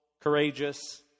courageous